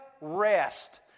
rest